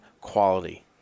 quality